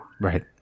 Right